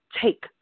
take